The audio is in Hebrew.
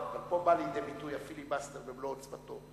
גם פה בא לידי ביטוי הפיליבסטר במלוא עוצמתו.